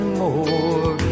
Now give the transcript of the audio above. more